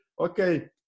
okay